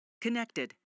Connected